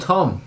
Tom